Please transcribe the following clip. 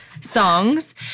songs